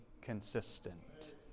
consistent